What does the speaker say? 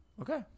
Okay